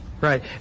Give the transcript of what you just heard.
right